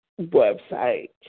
website